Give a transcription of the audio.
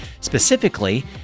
specifically